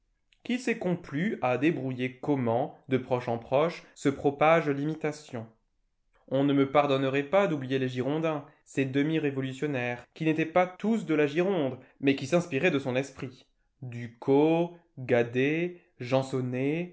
qui s'est complu à débrouiller comment de proche en proche se propage l'imitation on ne me pardonnerait pas d'oublier les girondins ces demi révolutionnaires qui n'étaient pas tous de la gironde mais qui s'inspiraient de son esprit ducos guadet gensonné